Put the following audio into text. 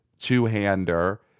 two-hander